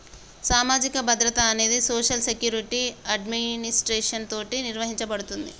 సామాజిక భద్రత అనేది సోషల్ సెక్యురిటి అడ్మినిస్ట్రేషన్ తోటి నిర్వహించబడుతుంది